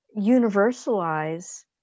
universalize